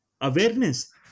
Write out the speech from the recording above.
awareness